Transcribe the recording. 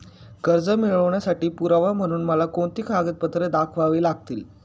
कर्ज मिळवण्यासाठी पुरावा म्हणून मला कोणती कागदपत्रे दाखवावी लागतील?